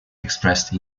expressed